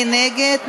מי נגד?